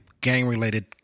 gang-related